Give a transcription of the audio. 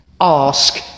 ask